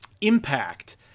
impact